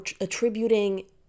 attributing